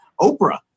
Oprah